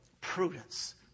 Prudence